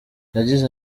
yagize